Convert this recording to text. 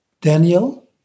Daniel